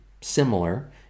similar